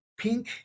pink